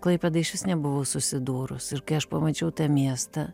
klaipėda išvis nebuvo susidūrus ir kai aš pamačiau tą miestą